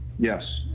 yes